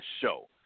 show